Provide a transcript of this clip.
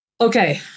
Okay